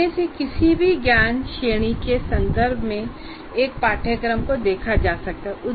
इनमें से किसी भी ज्ञान श्रेणी के संबंध मे एक पाठ्यक्रम को देखा जा सकता है